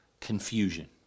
Confusion